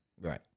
Right